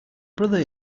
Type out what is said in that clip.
brother